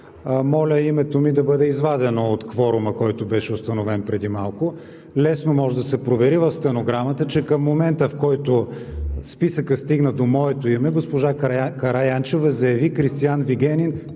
Моля името ми да бъде извадено от кворума, който беше установен преди малко. Лесно може да се провери в стенограмата, че към момента, в който списъкът стигна до моето име, госпожа Караянчева заяви: „Кристиан Вигенин